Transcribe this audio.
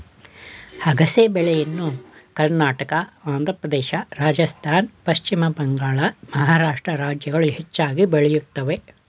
ಅಗಸೆ ಬೆಳೆಯನ್ನ ಕರ್ನಾಟಕ, ಆಂಧ್ರಪ್ರದೇಶ, ರಾಜಸ್ಥಾನ್, ಪಶ್ಚಿಮ ಬಂಗಾಳ, ಮಹಾರಾಷ್ಟ್ರ ರಾಜ್ಯಗಳು ಹೆಚ್ಚಾಗಿ ಬೆಳೆಯುತ್ತವೆ